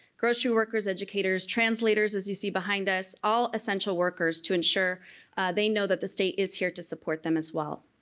grocery workers, educators, translators as you see behind us, all essential workers to ensure they know that the state is here to support them as well.